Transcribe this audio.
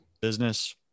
business